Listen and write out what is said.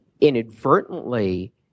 inadvertently